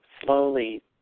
slowly